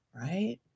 right